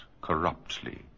corruptly